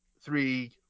three